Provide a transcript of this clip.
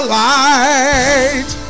light